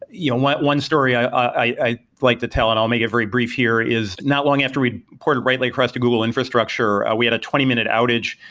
you know one story i i like the tell, and i'll make it very brief here, is not long after we ported writely across to google infrastructure, we had a twenty minute outage,